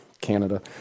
Canada